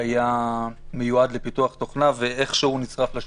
שהיה מיועד לפיתוח תוכנה ואיכשהו צורף לשוטף,